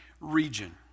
region